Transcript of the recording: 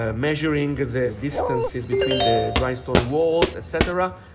ah measuring the distances between the dry stone walls, etc.